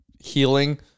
healing